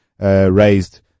raised